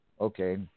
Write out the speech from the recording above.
Okay